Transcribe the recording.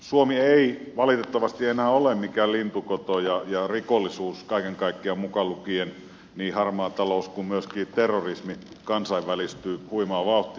suomi ei valitettavasti enää ole mikään lintukoto ja rikollisuus kaiken kaikkiaan mukaan lukien niin harmaa talous kuin myöskin terrorismi kansainvälistyy huimaa vauhtia